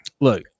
Look